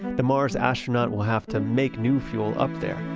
the mars astronaut will have to make new fuel up there.